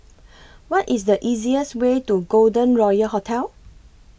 What IS The easiest Way to Golden Royal Hotel